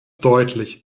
deutlich